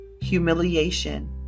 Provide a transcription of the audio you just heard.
humiliation